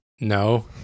no